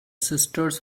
sisters